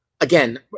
Again